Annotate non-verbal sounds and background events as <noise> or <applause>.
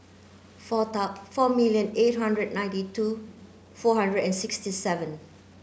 four <unintelligible> four million eight hundred ninety two four hundred and sixty seven